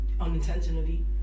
unintentionally